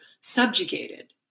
subjugated